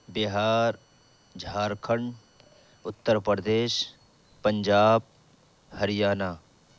Bihar Jharkhand Uttar Pradesh Punjab Haryana